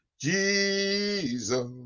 Jesus